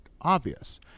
obvious